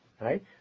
right